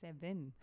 Seven